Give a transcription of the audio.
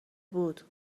بود